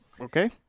Okay